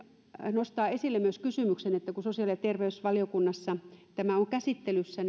nostaa esille myös sen kysymyksen että kun sosiaali ja terveysvaliokunnassa tämä on käsittelyssä